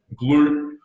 glute